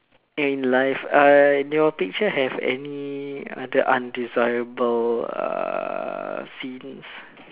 in life uh your picture have any other undesirable err scenes